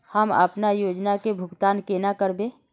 हम अपना योजना के भुगतान केना करबे?